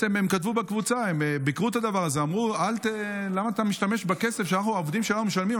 הם ביקרו את הדבר הזה ואמרו: למה אתה משתמש בכסף שהעובדים שלנו משלמים?